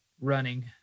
running